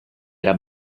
era